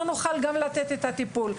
לא נוכל גם לתת את הטיפול.